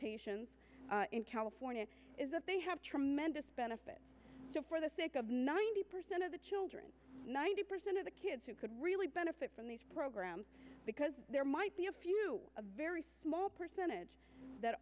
migrant in california is that they have tremendous benefit for the sake of ninety percent of the children ninety percent of the kids who could really benefit from these programs because there might be a few a very small percentage that